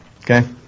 okay